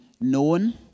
known